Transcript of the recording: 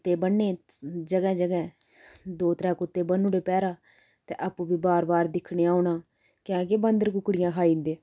ते बन्ने जगह् जगह् दो त्रै कुत्ते बन्नू उड़े पैह्रा ते आपूं बी बाह्र बाह्र दिक्खने गी औना क्या कि बांदर कुक्कड़ियां खाई जंदे